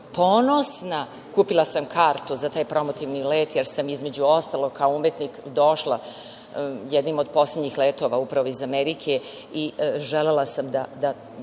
ponosna, kupila sam kartu za taj promotivni let, jer sam između ostalog kao umetnik došla jednim od poslednjih letova, upravo iz Amerike i želela sam da